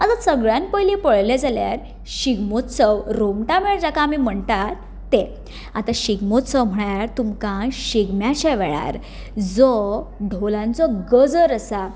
आतां सगळ्यांत पयलीं पळयलें जाल्यार शिगमोस्तव रोमटामेळ जाका आमी म्हणटात ते आतां शिगमोस्तव म्हळ्यार तुमकां शिगम्याच्या वेळार जो धोलांचो गजर आसा